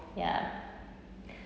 ya